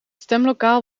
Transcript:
stemlokaal